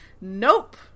Nope